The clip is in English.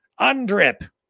UNDRIP